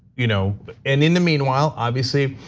you know and in the meanwhile, obviously,